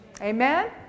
Amen